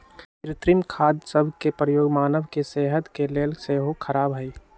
कृत्रिम खाद सभ के प्रयोग मानव के सेहत के लेल सेहो ख़राब हइ